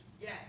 Yes